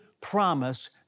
promise